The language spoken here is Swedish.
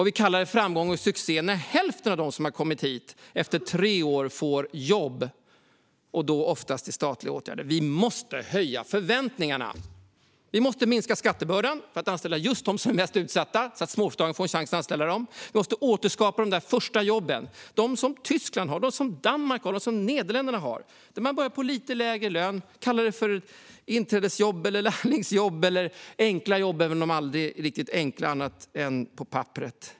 Vi kallar det en framgång och en succé när hälften av dem som har kommit hit får jobb efter tre år, oftast i statliga åtgärder. Vi måste höja förväntningarna! Vi måste minska skattebördan så att småföretagarna får en chans att anställa just dem som är mest utsatta. Vi måste återskapa de där första jobben, dem som Tyskland, Danmark och Nederländerna har, där man börjar på lite lägre lön. Kalla det för inträdesjobb, lärlingsjobb eller enkla jobb - även om de aldrig är riktigt enkla annat än på papperet.